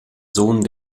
sohn